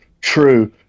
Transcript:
true